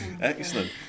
excellent